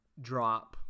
drop